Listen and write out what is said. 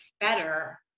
better